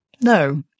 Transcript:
No